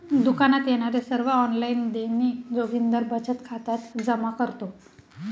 दुकानात येणारे सर्व ऑनलाइन देणी जोगिंदर बचत खात्यात जमा करतो